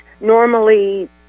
normally